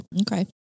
Okay